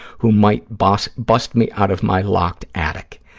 who might bust bust me out of my locked attic.